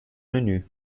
menü